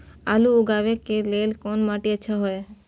आलू उगाबै के लेल कोन माटी अच्छा होय है?